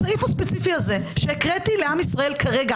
הסעיף הספציפי הזה שהקראתי לעם ישראל כרגע